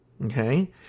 Okay